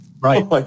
right